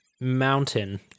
mountain